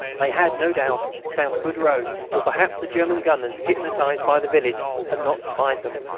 they had, no doubt, found good roads, or perhaps the german gunners, hypnotised by the village, had not spied them.